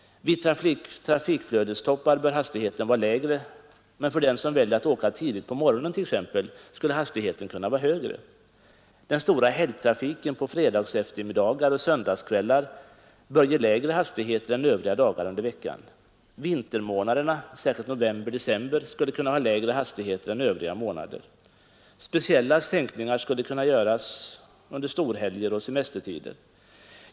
Vid trafikflödestoppar bör 119 hastigheten vara lägre. Men för den som väljer att åka tidigt på morgonen t.ex. skulle hastigheten kunna vara högre. Den täta helgtrafiken på fredagseftermiddagar och söndagskvällar bör ge lägre hastigheter än övriga dagar under veckan. Vintermånaderna, särskilt november och december, skulle kunna ha lägre hastigheter än övriga månader. Speciella sänkningar skulle kunna göras under storhelger och semestertider.